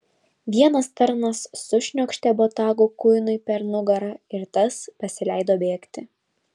vienas tarnas sušniokštė botagu kuinui per nugarą ir tas pasileido bėgti